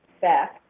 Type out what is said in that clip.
Beth